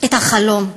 את החלום.